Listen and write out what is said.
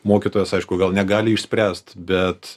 mokytojas aišku gal negali išspręst bet